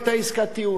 היתה עסקת טיעון.